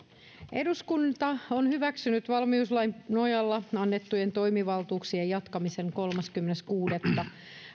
eduskunta on hyväksynyt valmiuslain nojalla annettujen toimivaltuuksien jatkamisen kolmaskymmenes kuudetta